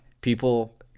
people